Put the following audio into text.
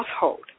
household